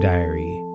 Diary